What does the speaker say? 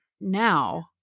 now